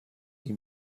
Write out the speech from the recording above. ihn